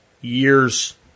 years